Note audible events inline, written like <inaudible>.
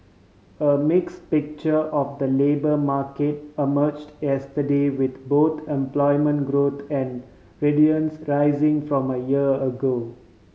a mix picture of the labour market emerged yesterday with both employment growth and <unintelligible> rising from a year ago